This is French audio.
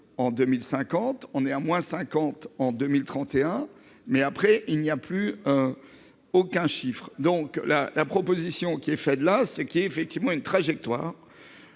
en 2050, on est à moins 50 en 2031. Mais après il n'y a plus. Aucun chiffre donc la la proposition qui est faite là, ce qui est effectivement une trajectoire.